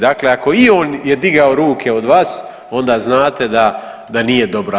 Dakle, ako i on je digao ruke od vas onda znate da, da nije dobro.